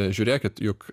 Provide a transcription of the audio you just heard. žiūrėkit juk